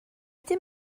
dydd